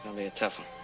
um a tough one.